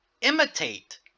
imitate